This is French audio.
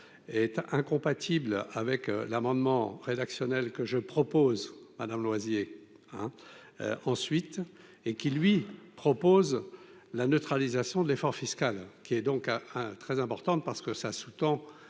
est incompatible avec l'amendement rédactionnel que je propose, madame Loisier hein, ensuite, et qui lui propose la neutralisation de l'effort fiscal, qui est donc à un très importante parce que ça sous tend